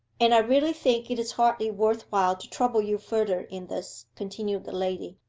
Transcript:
and i really think it is hardly worth while to trouble you further in this continued the lady.